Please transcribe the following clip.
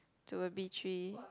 to a b-three